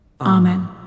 Amen